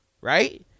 right